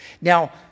now